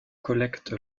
collecte